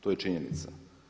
To je činjenica.